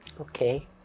Okay